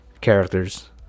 characters